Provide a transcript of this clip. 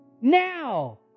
Now